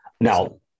Now